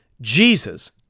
Jesus